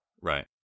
Right